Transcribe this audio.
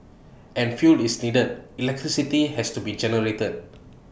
and fuel is needed electricity has to be generated